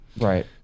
Right